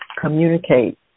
communicate